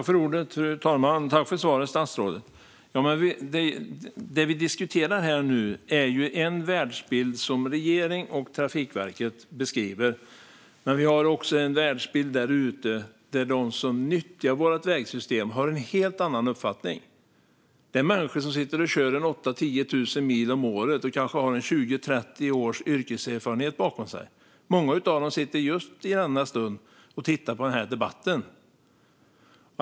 Fru talman! Tack för svaret, statsrådet! Det vi diskuterar nu är en världsbild som regeringen och Trafikverket beskriver. Men vi har också en världsbild där ute där de som nyttjar vårt vägsystem har en helt annan uppfattning. Det är människor som sitter och kör 8 000-10 000 mil om året och kanske har 20-30 års yrkeserfarenhet bakom sig. Många av dem sitter just i denna stund och tittar på den här debatten.